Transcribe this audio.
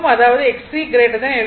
அதாவது XC L ω